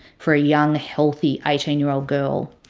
for a young, healthy eighteen year old girl.